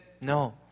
No